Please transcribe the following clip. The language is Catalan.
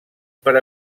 per